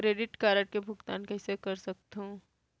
Credit card के भुगतान कइसने कर सकथो?